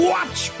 Watch